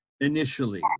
initially